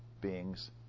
beings